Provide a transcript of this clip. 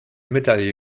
medaille